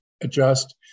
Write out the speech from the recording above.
adjust